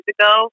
ago